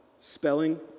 spelling